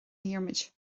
dhiarmaid